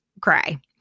cry